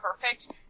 perfect